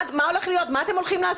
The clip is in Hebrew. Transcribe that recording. מה הולך להיות, מה אתם הולכים לעשות?